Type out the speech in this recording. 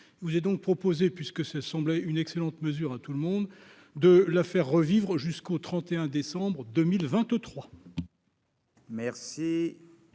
vous est donc proposé, puisque ça semblait une excellente mesure à tout le monde de la faire revivre jusqu'au 31 décembre 2023.